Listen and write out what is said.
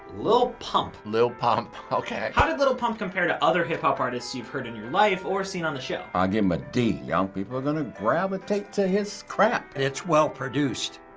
lil pump. lil pump. okay. how did lil pump compare to other hip-hop artists you've heard in your life or seen on the show? i'll give him a d. young people are gonna gravitate to his crap. it's well-produced.